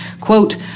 Quote